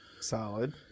Solid